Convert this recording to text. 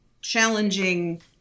challenging